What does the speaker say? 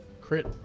crit